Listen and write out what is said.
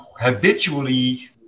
habitually